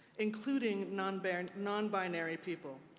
including nonbinary and nonbinary people.